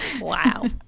wow